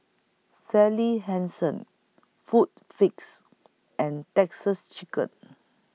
Sally Hansen Food Fix and Texas Chicken